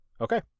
Okay